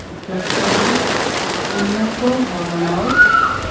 যোগ কৰি উন্নত ধৰণৰ